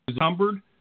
numbered